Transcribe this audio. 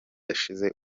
yashize